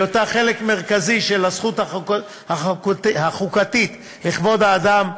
בהיותה חלק מרכזי של הזכות החוקתית לכבוד האדם,